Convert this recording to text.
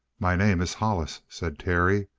my name is hollis, said terry.